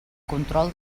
control